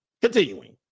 Continuing